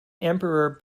emperor